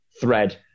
thread